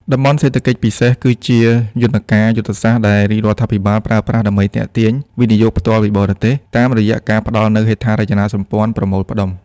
តំបន់សេដ្ឋកិច្ចពិសេស គឺជាយន្តការយុទ្ធសាស្ត្រដែលរាជរដ្ឋាភិបាលប្រើប្រាស់ដើម្បីទាក់ទាញ វិនិយោគផ្ទាល់ពីបរទេស តាមរយៈការផ្ដល់នូវហេដ្ឋារចនាសម្ព័ន្ធប្រមូលផ្ដុំ។